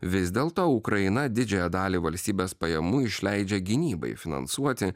vis dėlto ukraina didžiąją dalį valstybės pajamų išleidžia gynybai finansuoti